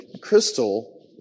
crystal